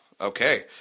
Okay